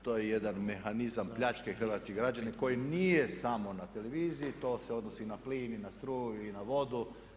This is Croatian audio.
To je jedan mehanizam pljačke hrvatskih građana koji nije samo na televiziji, to se odnosi i na plin i na struju i na vodu.